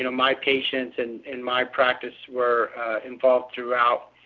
you know my patients and and my practice were involved throughout,